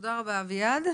תודה רבה לאביעד.